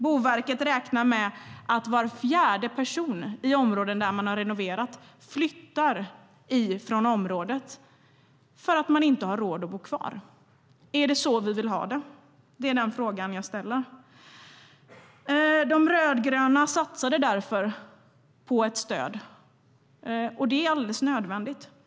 Boverket räknar med att var fjärde person i områden där man har renoverat flyttar därifrån för att de inte har råd att bo kvar. Är det så vi vill ha det? Det är den fråga jag ställer.De rödgröna satsade därför på ett stöd. Det är alldeles nödvändigt.